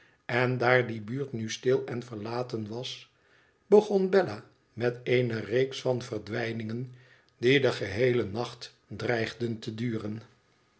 en daar die buurt nu stil en verlaten was begon bella met eene reeks van verdwijningen die den geheelen nacht dreigden te duren